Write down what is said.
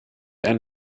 einen